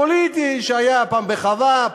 פוליטי שהיה פעם בחווה,